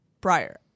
prior